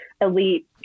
elite